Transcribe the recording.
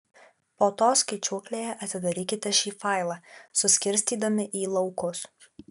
po to skaičiuoklėje atidarykite šį failą suskirstydami į laukus